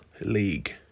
League